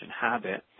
habit